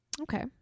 Okay